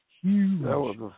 huge